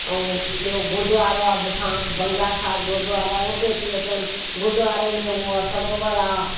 ऐं ॿियो गुरद्वारो आहे सा बंगला साहब गुरद्वारो उते थी अचनि गुरद्वारे में उहो सरोवर आहे